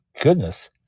goodness